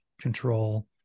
control